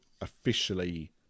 officially